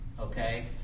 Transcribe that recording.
Okay